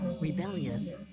rebellious